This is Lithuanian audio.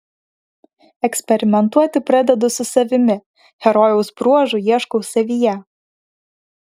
eksperimentuoti pradedu su savimi herojaus bruožų ieškau savyje